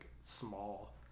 small